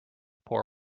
poor